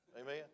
Amen